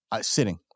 Sitting